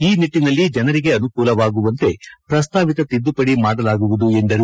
ಈ ನಿಟ್ಟಿನಲ್ಲಿ ಜನರಿಗೆ ಅನುಕೂಲವಾಗುವಂತೆ ಪ್ರಸ್ತಾವಿತ ತಿದ್ದುಪಡಿ ಮಾಡಲಾಗುವುದು ಎಂದರು